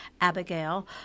Abigail